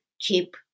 keep